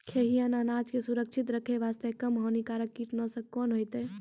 खैहियन अनाज के सुरक्षित रखे बास्ते, कम हानिकर कीटनासक कोंन होइतै?